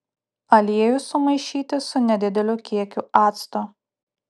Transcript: aliejų sumaišyti su nedideliu kiekiu acto